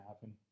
happen